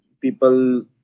people